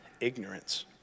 ignorance